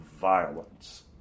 violence